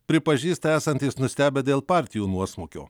pripažįsta esantys nustebę dėl partijų nuosmukio